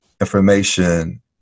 information